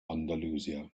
andalusia